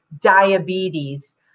diabetes